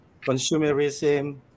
consumerism